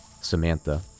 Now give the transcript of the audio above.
Samantha